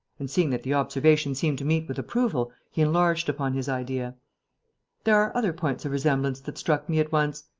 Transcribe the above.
and seeing that the observation seemed to meet with approval, he enlarged upon his idea there are other points of resemblance that struck me at once,